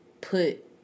put